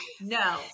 No